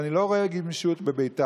ואני לא רואה גמישות בבית"ר.